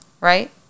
right